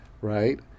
right